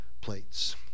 plates